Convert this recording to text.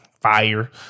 Fire